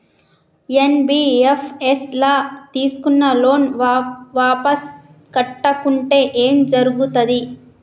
NBFS ల తీస్కున్న loan వాపస్ కట్టకుంటే ఏం జర్గుతది?